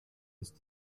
ist